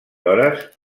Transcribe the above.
hores